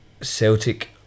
Celtic